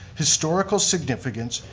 historical significance,